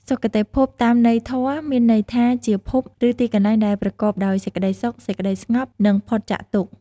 សុគតិភព តាមន័យធម៌ មានន័យថាជាភព ឬទីកន្លែងដែលប្រកបដោយសេចក្តីសុខ សេចក្តីស្ងប់ និងផុតចាកទុក្ខ។